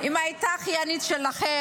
אם היא הייתה אחיינית שלכם,